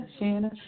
Shanna